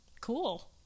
Cool